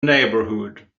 neighbourhood